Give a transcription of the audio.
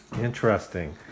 Interesting